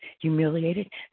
humiliated